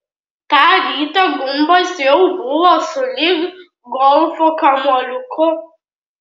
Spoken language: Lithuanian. tą rytą gumbas jau buvo sulig golfo kamuoliuku